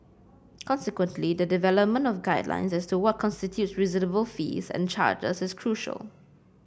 consequently the development of guidelines as to what constitutes reasonable fees and charges is crucial